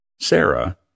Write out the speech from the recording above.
Sarah